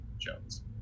Jones